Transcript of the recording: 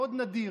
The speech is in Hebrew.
מאוד נדיר,